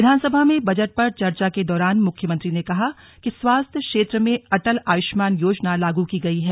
विधानसभा में बजट पर चर्चा के दौरान मुख्यमंत्री ने कहा कि स्वास्थ्य क्षेत्र में अटल आयुष्मान योजना लागू की गई है